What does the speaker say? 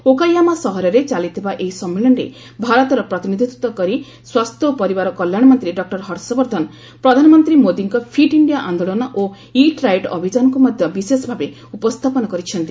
Okayama ସହରରେ ଚାଲିଥିବା ଏହି ସମ୍ମିଳନୀରେ ଭାରତର ପ୍ରତିନିଧିତ୍ୱ କରି ସ୍ୱାସ୍ଥ୍ୟ ଓ ପରିବାର କଲ୍ୟାଣ ମନ୍ତ୍ରୀ ଡକ୍ଟର ହର୍ଷବର୍ଦ୍ଧନ ପ୍ରଧାନମନ୍ତ୍ରୀ ମୋଦୀଙ୍କ ଫିଟ୍ ଇଣ୍ଡିଆ ଆନ୍ଦୋଳନ ଓ ଇଟ୍ ରାଇଟ୍ ଅଭିଯାନକୁ ମଧ୍ୟ ବିଶେଷଭାବେ ଉପସ୍ଥାପନ କରିଛନ୍ତି